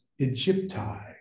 Egypti